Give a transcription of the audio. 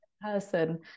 person